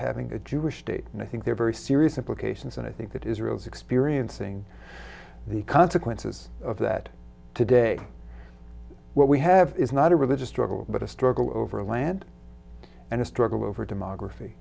having a jewish state and i think they're very serious implications and i think that israel's experiencing the consequences of that today what we have is not a religious struggle but a struggle over land and a struggle over demogra